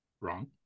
Wrong